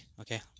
Okay